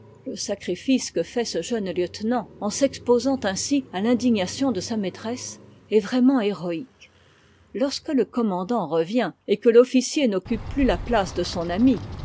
le sacrifice que fait ce jeune lieutenant en s'exposant ainsi à t'indignation de sa maîtresse est vraiment héroïque lorsque le commandant revient et que l'officier n'occupe plus la place de son ami